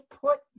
put